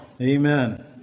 Amen